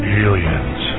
aliens